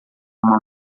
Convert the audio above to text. uma